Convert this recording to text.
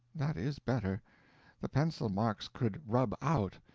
that is better the pencil-marks could rub out,